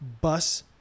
Bus